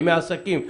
ימי עסקים.